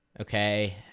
Okay